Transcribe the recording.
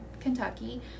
Kentucky